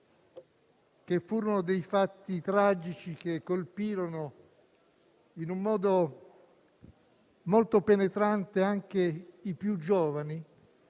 che furono dei fatti tragici che colpirono in modo penetrante anche i più giovani,